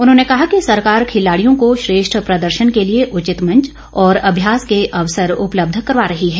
उन्होंने कहा कि सरकार खिलाड़ियों को श्रेष्ठ प्रदर्शन के लिए उचित मंच और अभ्यास के अवसर उपलब्ध करवा रही है